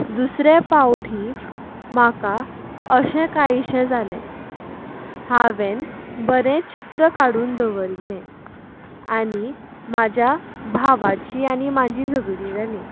दुसऱ्या फावटी म्हाका अशें कायशें जाले हांवें बरें चित्र काडून दवरिल्लें आनी म्हज्या भावाची आनी म्हजी झगडीं जाली